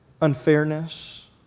unfairness